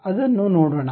ಅದನ್ನು ನೋಡೋಣ